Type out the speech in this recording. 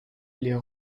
les